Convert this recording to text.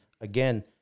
again